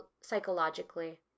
psychologically